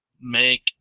make